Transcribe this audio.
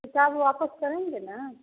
किताब वापस करेंगे न